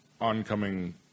oncoming